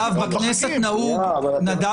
נדב, בכנסת נהוג --- שנייה.